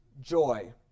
joy